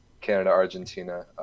Canada-Argentina